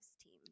team